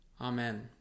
Amen